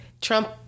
Trump